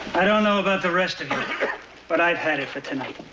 i don't know about the rest of you but i've had it for tonight.